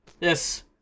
Yes